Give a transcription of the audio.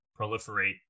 proliferate